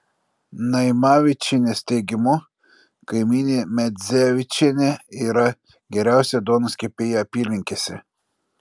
naimavičienės teigimu kaimynė medzevičienė yra geriausia duonos kepėja apylinkėse